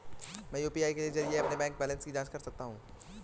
मैं यू.पी.आई के जरिए अपने बैंक बैलेंस की जाँच कैसे कर सकता हूँ?